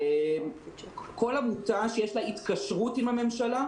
כל עמותה שיש לה התקשרות עם הממשלה,